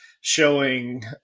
showing